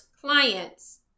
clients